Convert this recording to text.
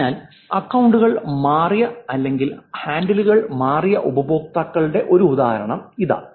അതിനാൽ അക്കൌണ്ടുകൾ മാറിയ അല്ലെങ്കിൽ ഹാൻഡിലുകൾ മാറിയ ഉപയോക്താക്കളുടെ ഒരു ഉദാഹരണം ഇതാ